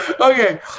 Okay